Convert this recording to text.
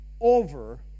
over